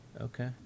Okay